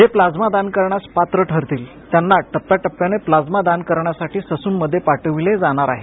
जे प्लाझ्मा दान करण्यास पात्र ठरतील त्यांना टप्प्याटप्यानं प्लाझ्मा दान करण्यासाठी ससूनमध्ये पाठविले जाणार आहे